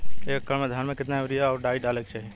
एक एकड़ धान में कितना यूरिया और डाई डाले के चाही?